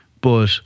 but-